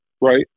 Right